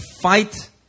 fight